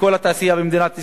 בכל התעשייה במדינת ישראל,